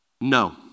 No